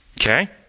Okay